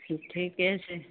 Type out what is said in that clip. ठीके छै